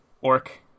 orc